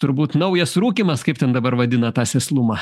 turbūt naujas rūkymas kaip ten dabar vadina tą sėslumą